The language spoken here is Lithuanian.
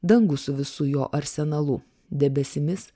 dangų su visu jo arsenalu debesimis